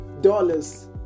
dollars